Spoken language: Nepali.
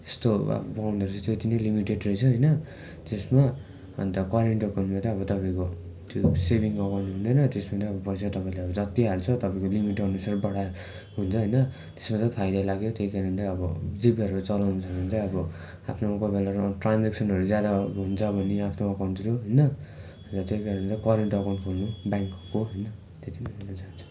त्यस्तो अब पाउँदो रहेछ त्यति नै लिमिटेड रहेछ होइन त्यसमा अन्त करेन्ट अकाउन्टमा चाहिँ अब तपाईँको त्यो सेभिङ अकाउन्ट हुँदैन त्यसमा तपाईँले पैसा अब जति हाल्छ तपाईँको लिमिट अनुसार बढाउँदा पनि हुन्छ होइन त्यस्मा चाहिँ फाइदा लाग्यो त्यही कारणले अब जिपेहरू चलाउनु छ भने चाहिँ अब आफ्नो कोही बेला ट्रान्जेक्सनहरू ज्यादा हुन्छ भने आफ्नो अकाउन्टतिर होइन त्यही कारणले करेन्ट अकाउन्ट खोल्नु ब्याङ्कको होइन त्यति भन्न चहान्छु